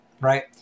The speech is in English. right